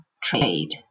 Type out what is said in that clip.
trade